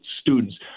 students